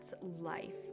life